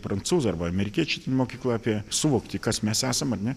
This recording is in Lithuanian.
prancūzų arba amerikiečių ten mokykla apie suvoktį kas mes esam ar ne